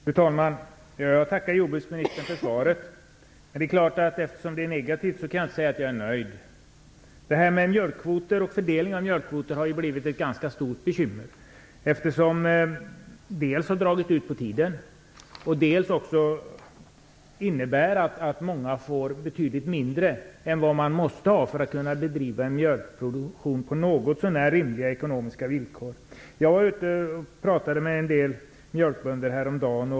Fru talman! Jag tackar jordbruksministern för svaret. Eftersom det är negativt kan jag inte säga att jag är nöjd. Mjölkkvoter och fördelning av mjölkkvoter har blivit ett ganska stort bekymmer. Dels har det dragit ut på tiden, dels har det inneburit att många får betydligt mindre kvot än vad de måste ha för att bedriva en mjölkproduktion på något så när rimliga ekonomiska villkor. Jag var ute och talade med en del mjölkbönder häromdagen.